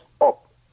up